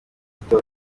peter